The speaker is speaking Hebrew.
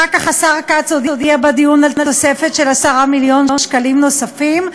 אחר כך השר כץ הודיע בדיון על תוספת של 10 מיליון שקלים נוספים,